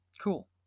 Cool